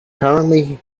currently